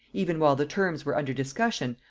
even while the terms were under discussion,